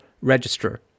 Register